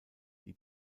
die